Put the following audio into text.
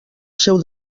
seu